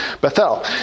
Bethel